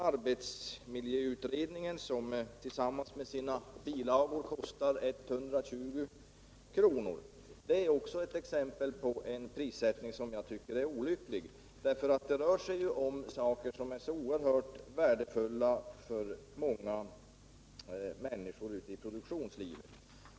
Arbetsmiljöutredningen, som tillsammans med sina bilagor kostar 120 kr., är också ett exempel på en prissättning som jag tycker är olycklig, eftersom det rör sig om frågor som är oerhört viktiga för många människor i produktionslivet.